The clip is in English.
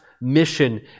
mission